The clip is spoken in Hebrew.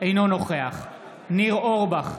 אינו נוכח ניר אורבך,